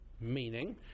meaning